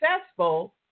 successful